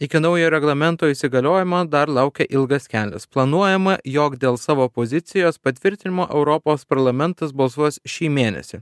iki naujo reglamento įsigaliojimo dar laukia ilgas kelias planuojama jog dėl savo pozicijos patvirtinimo europos parlamentas balsuos šį mėnesį